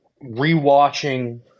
re-watching